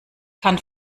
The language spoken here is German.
kann